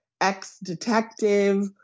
ex-detective